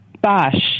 Bosch